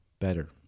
better